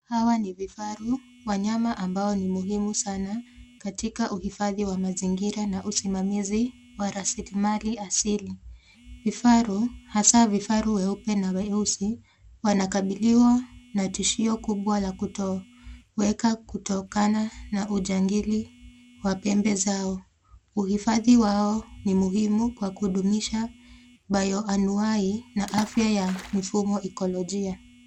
Hawa ni vifaru, wanyama ambao ni muhimu